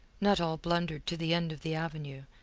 nuttall blundered to the end of the avenue,